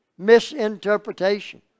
misinterpretation